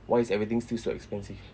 why is everything still so expensive